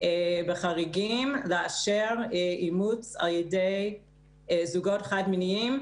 לחריגים לאשר אימוץ על-ידי זוגות חד-מיניים,